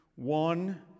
One